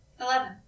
eleven